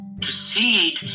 proceed